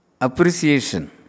Appreciation